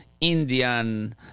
Indian